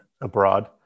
abroad